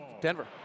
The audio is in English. Denver